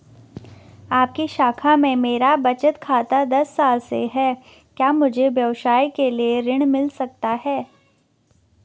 आपकी शाखा में मेरा बचत खाता दस साल से है क्या मुझे व्यवसाय के लिए ऋण मिल सकता है?